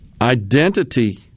identity